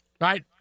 right